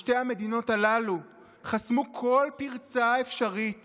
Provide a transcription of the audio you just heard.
בשתי המדינות הללו חסמו כל פרצה אפשרית